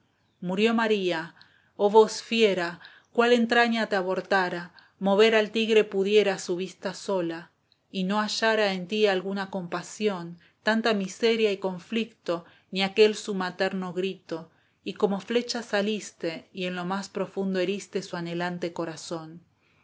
murió maría oh voz fiera cuál entraña te abortara mover al tigre pudiera su vista sola y no hallara en tí alguna compasión tanta miseria y conflicto ni aquel su materno grito y como flecha saliste y en lo más profundo heriste su anhelante corazón